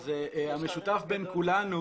אז המשותף בין כולנו